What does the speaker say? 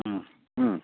ம் ம்